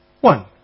One